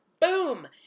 Boom